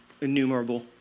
innumerable